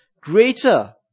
greater